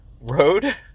Road